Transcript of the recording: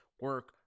Work